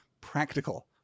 practical